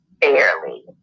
fairly